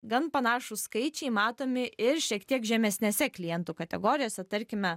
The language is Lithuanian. gan panašūs skaičiai matomi ir šiek tiek žemesnėse klientų kategorijose tarkime